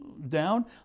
down